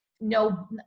no